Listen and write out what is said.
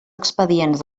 expedients